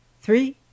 three